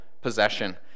possession